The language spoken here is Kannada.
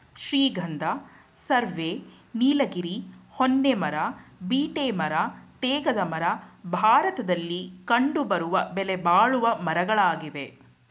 ಶ್ರೀಗಂಧ, ಸರ್ವೆ, ನೀಲಗಿರಿ, ಹೊನ್ನೆ ಮರ, ಬೀಟೆ ಮರ, ತೇಗದ ಮರ ಭಾರತದಲ್ಲಿ ಕಂಡುಬರುವ ಬೆಲೆಬಾಳುವ ಮರಗಳಾಗಿವೆ